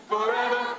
Forever